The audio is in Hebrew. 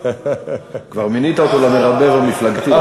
כבר מינית אותו ל"מרבב" המפלגתי,